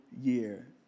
year